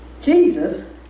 Jesus